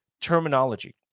terminology